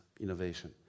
innovation